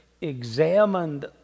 examined